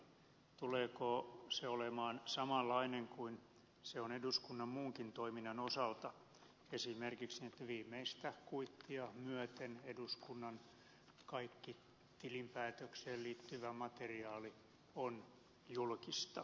tuleeko se olemaan samanlainen kuin se on eduskunnan muunkin toiminnan osalta esimerkiksi niin että viimeistä kuittia myöten eduskunnan kaikki tilinpäätökseen liittyvä materiaali on julkista